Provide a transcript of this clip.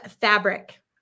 fabric